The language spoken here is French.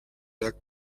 lac